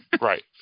right